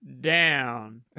down